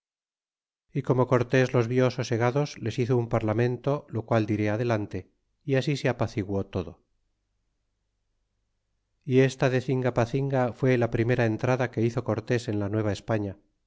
y como cortés los vió sosegados les hizo un parlamento lo qual diré adelante y así se apaciguó todo y esta de cingapacinga frió la primera entrada que hizo cortés en la